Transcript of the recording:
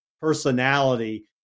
personality